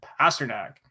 Pasternak